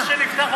או שכבר נפתח,